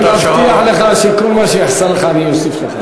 אני מבטיח לך שכל מה שיחסר לך אני אוסיף לך.